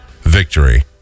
victory